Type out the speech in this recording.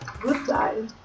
Goodbye